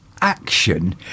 action